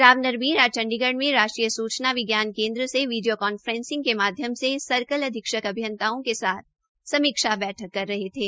राव नरबीर आज चंडीगढ़ में राष्ट्रीय सूचना विज्ञान केन्द्र से विडियो कान्फेसिंग के माध्यम से सर्कल अधीक्षक अभियंताओं के साथ समीक्षा बैठक कर रहे थे